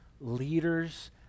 leaders